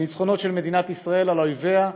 הניצחונות של מדינת ישראל על אויביה,